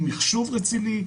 עם מחשוב רציני,